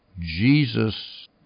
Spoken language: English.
Jesus